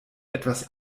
etwas